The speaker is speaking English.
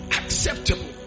acceptable